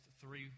three